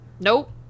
Nope